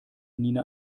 nina